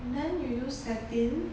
then you use satin